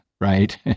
right